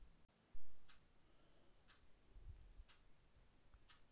Premium भुगतान मतलब का होव हइ?